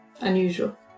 unusual